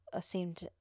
seemed